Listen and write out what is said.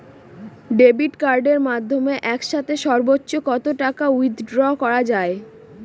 Debit কার্ডের মাধ্যমে একসাথে সর্ব্বোচ্চ কত টাকা উইথড্র করা য়ায়?